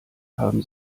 haben